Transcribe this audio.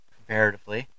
Comparatively